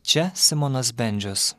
čia simonas bendžius